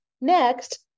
Next